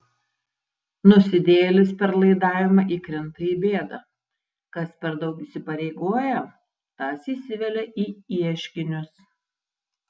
nusidėjėlis per laidavimą įkrinta į bėdą kas per daug įsipareigoja tas įsivelia į ieškinius